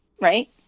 right